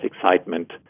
excitement